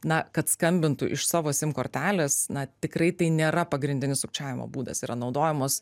na kad skambintų iš savo sim kortelės na tikrai tai nėra pagrindinis sukčiavimo būdas yra naudojamos